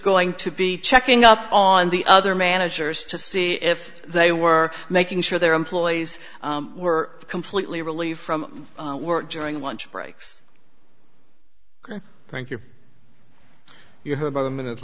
going to be checking up on the other managers to see if they were making sure their employees were completely relieved from work during lunch breaks thank you you have about a minute